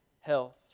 health